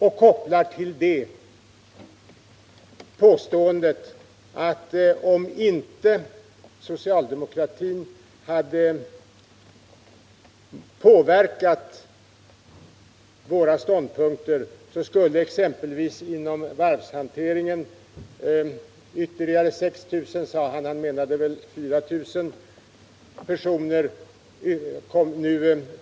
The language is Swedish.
Och till detta kopplar han påståendet att om inte socialdemokratin hade påverkat våra ståndpunkter så skulle exempelvis inom varvshanteringen ytterligare 6 000 personer — han menade väl 4000 — nu ha förstärkt denna kår.